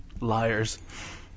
Liars